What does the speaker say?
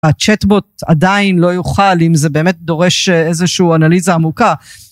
הצ'טבוט עדיין לא יוכל אם זה באמת דורש איזשהו אנליזה עמוקה.